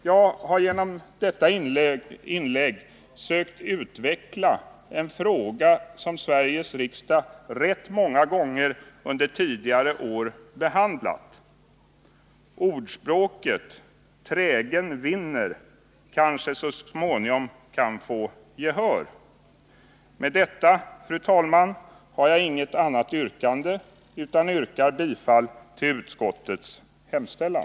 Jag har genom detta inlägg sökt utveckla en fråga som Sveriges riksdag rätt många gånger under tidigare år behandlat. Ordspråket ”trägen vinner” kanske så småningom kan få gehör. Med detta, fru talman, yrkar jag bifall till utskottets hemställan.